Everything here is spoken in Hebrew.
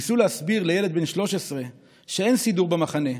ניסו להסביר לילד בן 13 שאין סידור במחנה,